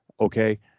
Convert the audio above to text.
Okay